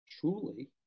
truly